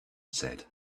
said